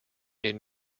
den